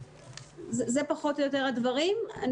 אלו פחות או יותר הדברים.